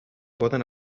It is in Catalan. poden